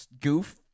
goof